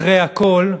אחרי הכול,